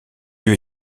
lieu